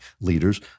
leaders